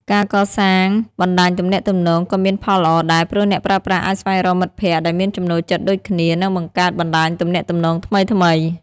ការកសាងបណ្ដាញទំនាក់ទំនងក៏មានផលល្អដែរ ព្រោះអ្នកប្រើប្រាស់អាចស្វែងរកមិត្តភក្តិដែលមានចំណូលចិត្តដូចគ្នា និងបង្កើតបណ្ដាញទំនាក់ទំនងថ្មីៗ។